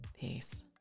Peace